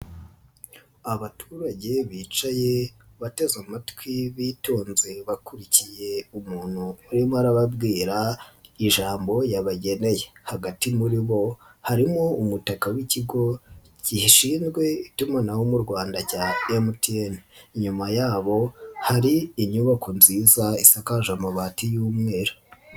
Abaturage bicaye bateze amatwi bitonze bakurikiye umuntu urimo arababwira ijambo yabageneye, hagati muri bo harimo umutaka w'ikigo gishinzwe itumanaho mu Rwanda cya MTN, inyuma yabo hari inyubako nziza isakaje amabati y'umweru.